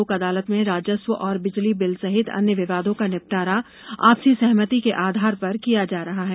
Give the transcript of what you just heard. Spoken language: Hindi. लोक अदालत में राजस्व और बिजली बिल सहित अन्य विवादों का निपटारा आपसी सहमति के आधार पर किया जा रहा है